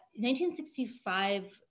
1965